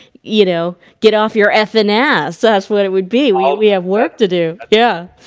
you know, get off your effin ass. that's what it would be well we have work to do. yeah